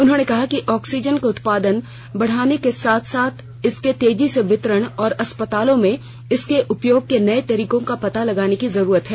उन्होंने कहा कि ऑक्सीजन का उत्पादन बढ़ाने के साथ साथ इसके तेजी से वितरण और अस्पतालों में इसके उपयोग के नये तरीकों का पता लगाने की जरूरत है